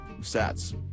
Sets